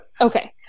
Okay